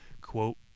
Quote